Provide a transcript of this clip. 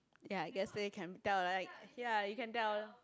ya guessed Wayne can tell right ya you can tell